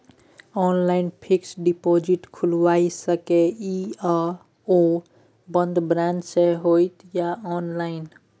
Online fixed deposit खुईल सके इ आ ओ बन्द ब्रांच स होतै या ऑनलाइन?